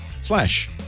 slash